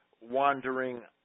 wandering